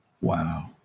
Wow